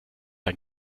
ein